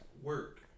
Work